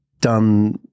done